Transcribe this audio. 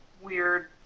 weird